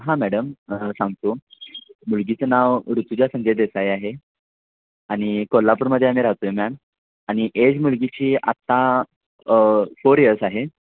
हां मॅडम सांगतो मुलगीचं नाव ऋतुजा संजय देसाय आहे आणि कोल्हापूरमध्ये आम्ही राहतो आहे मॅम आणि एज मुलगीची आत्ता फोर इयर्स आहे